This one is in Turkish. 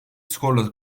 skorla